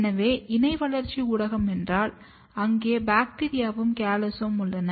எனவே இணை வளர்ச்சி ஊடகம் என்றால் அங்கே பாக்டீரியாவும் கேலசஸும் உள்ளன